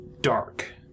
dark